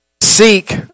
seek